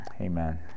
amen